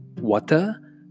water